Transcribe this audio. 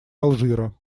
алжира